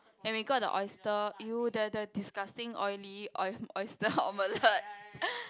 and we got the oyster !eww! the the disgusting oily oy~ oyster omelette